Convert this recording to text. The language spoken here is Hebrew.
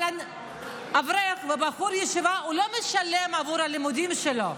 אבל אברך, בחור ישיבה לא משלם עבור הלימודים שלו,